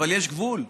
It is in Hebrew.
אבל יש גבול.